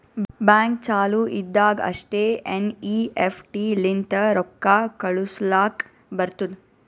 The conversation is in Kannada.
ಬ್ಯಾಂಕ್ ಚಾಲು ಇದ್ದಾಗ್ ಅಷ್ಟೇ ಎನ್.ಈ.ಎಫ್.ಟಿ ಲಿಂತ ರೊಕ್ಕಾ ಕಳುಸ್ಲಾಕ್ ಬರ್ತುದ್